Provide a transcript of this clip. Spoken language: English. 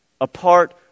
apart